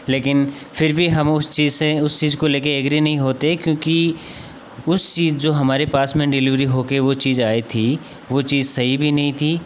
लेकिन फिर भी हम उस चीज़ से उस चीज़ को लेकर एग्री नहीं होते क्योंकि उस चीज़ जो हमारे पास में डिलीवरी होकर वह चीज़ आई थी वह चीज़ सही भी नहीं थी